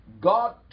God